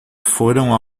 foram